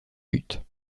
but